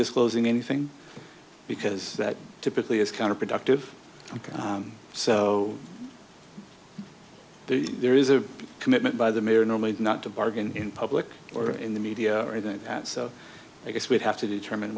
disclosing anything because that typically is counterproductive so there is a commitment by the mayor normally not to bargain in public or in the media i think that so i guess we'd have to determine